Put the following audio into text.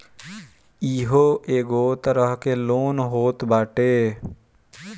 इहो एगो तरह के लोन होत बाटे